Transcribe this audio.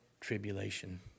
tribulation